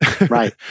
right